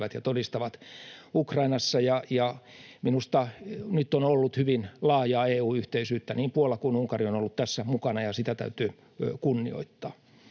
ja todistavat Ukrainassa. Minusta nyt on ollut hyvin laajaa EU-yhteisyyttä; niin Puola kuin Unkari on ollut tässä mukana, ja sitä täytyy kunnioittaa.